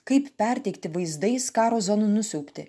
kaip perteikti vaizdais karo zonų nusiaubtį